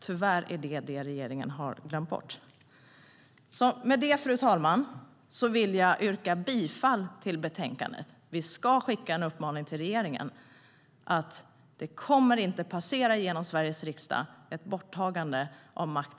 Tyvärr är det något som regeringen glömt bort. Med det, fru talman, vill jag yrka bifall till utskottets förslag i betänkandet. Vi ska skicka en uppmaning till regeringen att ett borttagande av makten från patienterna inte kommer att passera genom Sveriges riksdag.